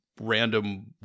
Random